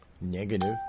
negative